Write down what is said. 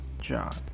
John